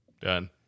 done